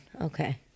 Okay